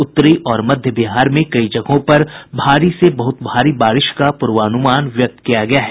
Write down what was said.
उत्तरी और मध्य बिहार में कई जगहों पर भारी से बहुत भारी बारिश का पूर्वानुमान व्यक्त किया गया है